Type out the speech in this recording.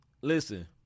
listen